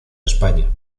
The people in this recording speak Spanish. españa